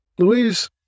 Louise